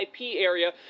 area